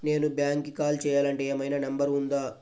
నేను బ్యాంక్కి కాల్ చేయాలంటే ఏమయినా నంబర్ ఉందా?